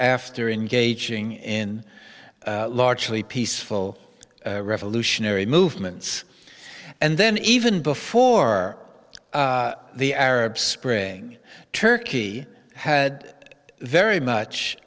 after engaging in largely peaceful revolutionary movements and then even before the arab spring turkey had very much